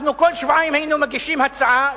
אנחנו כל שבועיים היינו מגישים הצעה,